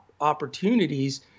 opportunities